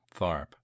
tharp